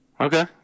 Okay